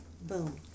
Boom